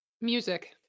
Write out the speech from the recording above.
music